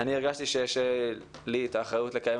אני הרגשתי שיש לי את האחריות לקיים